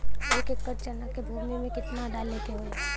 एक एकड़ चना के भूमि में कितना डाई डाले के चाही?